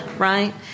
right